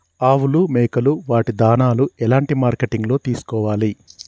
ఆవులు మేకలు వాటి దాణాలు ఎలాంటి మార్కెటింగ్ లో తీసుకోవాలి?